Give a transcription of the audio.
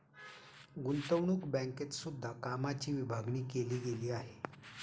गुतंवणूक बँकेत सुद्धा कामाची विभागणी केली गेली आहे